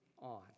on